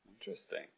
Interesting